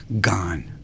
gone